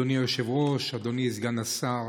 אדוני היושב-ראש, אדוני סגן השר,